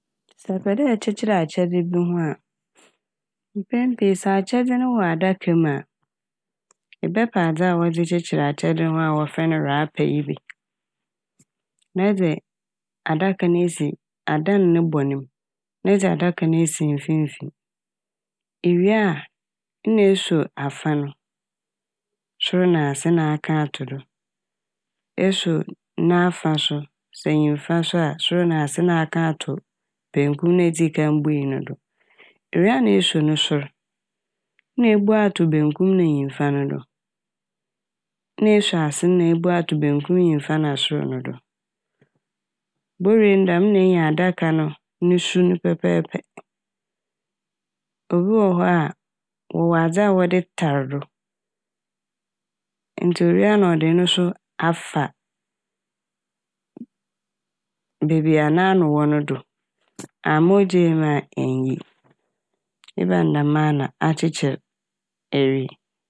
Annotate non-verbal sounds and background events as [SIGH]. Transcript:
Sɛ ɛpɛ dɛ ɛkyekyer akyɛdze bi ho a [HESITATION] Mpɛn pii sɛ akyɛdze no wɔ adaka mu a, ebɛpɛ adze a wɔdze kyekyer akyɛdze ho a wɔfrɛ no "wrapper" yi bi. Na ɛdze adaka ne esi, adan ne bɔn me mu ma ɛdze adaka no esi mfinfin, ewie na esuo afa no, sor na ase na aka ato do. Esuo n'afa so sɛ nyimfa so a sor na ase na aka ato bankum na edzii kan bui no do. Ewie na esuo no sor na ebu ato bankum na nyimfa no do na esuo ase na ebu ato bankum, nyimfa na sor no do. Bowie ne dɛm no na enya adaka no no su no pɛpɛɛpɛ. Obi wɔ hɔ a wɔwɔ adze a wɔdze tar do ntsi owie a na ɔdze ɔno so afa beebi a n'ano wɔ no do ama ogyae mu a ennyi, ebɛn dɛm a na akyekyer ewie.